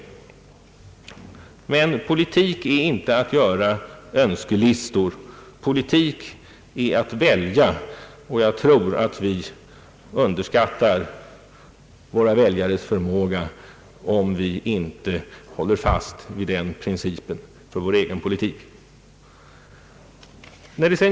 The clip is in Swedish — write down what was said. Men politik är inte att göra Önskelistor. Politik är att välja, och jag tror att vi underskattar våra väljares förmåga, om vi inte håller fast vid den principen för vår egen politik.